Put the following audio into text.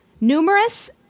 Numerous